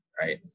right